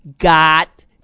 got